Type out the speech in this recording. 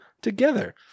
together